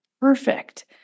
perfect